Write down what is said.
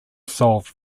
solved